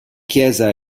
chiesa